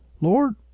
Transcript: Lord